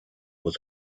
was